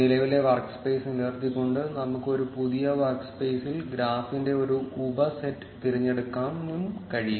നിലവിലെ വർക്ക്സ്പെയ്സ് നിലനിർത്തിക്കൊണ്ട് നമുക്ക് ഒരു പുതിയ വർക്ക്സ്പെയ്സ്ഇൽ ഗ്രാഫിന്റെ ഒരു ഉപസെറ്റ് തിരഞ്ഞെടുക്കാനും കഴിയും